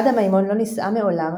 עדה מימון לא נישאה מעולם,